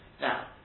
Now